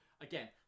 again